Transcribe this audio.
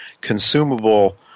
consumable